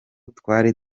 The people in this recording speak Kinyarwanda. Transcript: twari